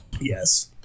Yes